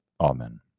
Amen